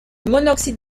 monoxyde